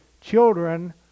children